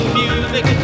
music